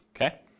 okay